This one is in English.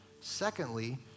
Secondly